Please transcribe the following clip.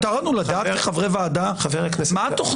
מותר לנו לדעת כחברי הוועדה מה התוכנית?